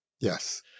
yes